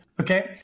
okay